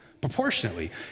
Proportionately